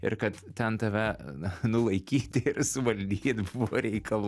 ir kad ten tave n nulaikyt ir suvaldyt buvo reikalų